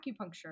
acupuncture